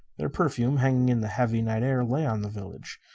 their perfume, hanging in the heavy night air, lay on the village,